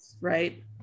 right